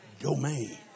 Domain